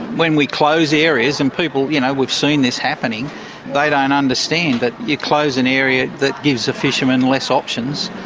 when we close areas and people you know we've seen this happening they don't and understand that but you close an area, that gives a fisherman less options.